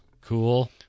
cool